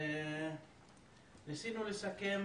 ניסינו לסכם